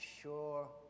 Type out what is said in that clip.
sure